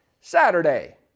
Saturday